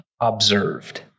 Observed